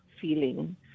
feeling